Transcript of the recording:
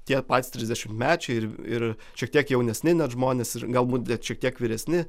tie patys trisdešimtmečiai ir ir šiek tiek jaunesni net žmonės ir galbūt net šiek tiek vyresni